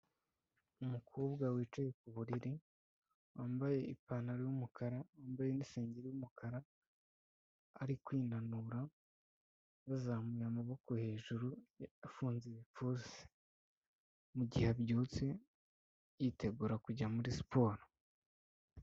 Umukobwa wicaye ku buriri, wambaye ipantaro y'umukara, wambaye n'isengeri y'umukara, ari kwinanura, yazamuye amaboko hejuru, afunze igipfunsi. Mu gihe abyutse, yitegura kujya muri siporo.